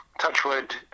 Touchwood